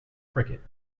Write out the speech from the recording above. cricket